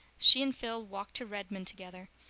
she and phil walked to redmond together.